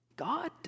God